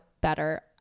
better